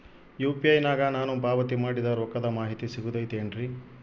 UPI ನಾಗ ನಾನು ಪಾವತಿ ಮಾಡಿದ ರೊಕ್ಕದ ಮಾಹಿತಿ ಸಿಗುತೈತೇನ್ರಿ?